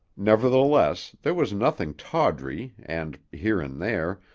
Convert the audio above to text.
nevertheless, there was nothing tawdry and, here and there,